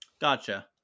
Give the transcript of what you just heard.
gotcha